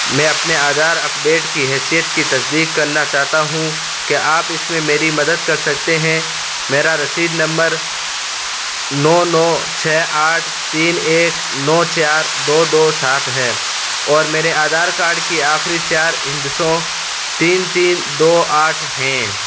میں اپنے آدھار اپڈیٹ کی حیثیت کی تصدیق کرنا چاہتا ہوں کیا آپ اس میں میری مدد کر سکتے ہیں میرا رسید نمبر نو نو چھ آٹھ تین ایک نو چار دو دو سات ہے اور میرے آدھار کارڈ کی آخری چار ہندسوں تین تین دو آٹھ ہیں